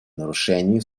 нарушениями